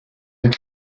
une